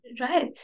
Right